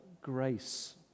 grace